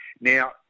Now